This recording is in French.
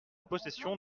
possession